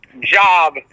job